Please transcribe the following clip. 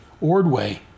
Ordway